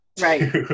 Right